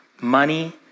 money